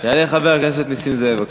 יעלה חבר הכנסת נסים זאב בבקשה.